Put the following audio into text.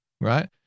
Right